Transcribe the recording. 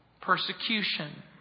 persecution